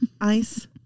Ice